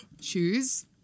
Shoes